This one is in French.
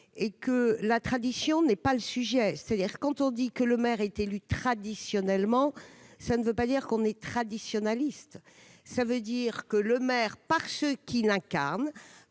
Durain, la tradition n'est pas le sujet. Quand on dit que le maire est élu traditionnellement, cela ne veut pas dire que l'on est traditionaliste. Cela signifie que le maire, par ce qu'il incarne,